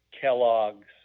Kellogg's